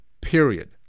period